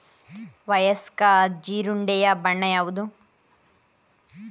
ವಯಸ್ಕ ಜೀರುಂಡೆಯ ಬಣ್ಣ ಯಾವುದು?